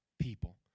people